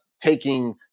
taking